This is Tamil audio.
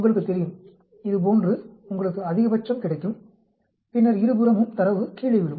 உங்களுக்குத் தெரியும் இது போன்று உங்களுக்கு அதிகபட்சம் கிடைக்கும் பின்னர் இருபுறமும் தரவு கீழே விழும்